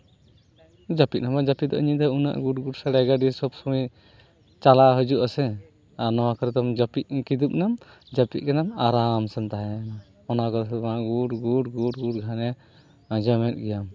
ᱡᱟᱹᱯᱤᱫ ᱦᱚᱸ ᱵᱟᱝ ᱡᱟᱹᱯᱤᱫᱚᱜᱼᱟ ᱧᱤᱫᱟᱹ ᱩᱱᱟᱹᱜ ᱜᱩᱰᱼᱜᱩᱰ ᱥᱟᱰᱮᱭᱟ ᱜᱟᱹᱰᱤ ᱥᱚᱵ ᱥᱚᱢᱚᱭ ᱪᱟᱞᱟᱣ ᱦᱟᱹᱡᱩᱜᱼᱟ ᱥᱮ ᱟᱨ ᱱᱚᱣᱟ ᱠᱚᱨᱮ ᱫᱚᱢ ᱡᱟᱹᱯᱤᱫ ᱠᱤᱫᱩᱯᱱᱟᱢ ᱡᱟᱹᱯᱤᱫ ᱠᱮᱫᱟᱢ ᱟᱨᱟᱢ ᱥᱮᱢ ᱛᱟᱦᱮᱸᱭᱱᱟ ᱚᱱᱟ ᱠᱚᱨᱮ ᱫᱚ ᱵᱟᱝ ᱜᱩᱰᱼᱜᱩᱰᱼᱜᱩᱰᱼᱜᱩᱰ ᱜᱷᱟᱱᱮ ᱟᱸᱡᱚᱢᱮᱫ ᱜᱮᱭᱟᱢ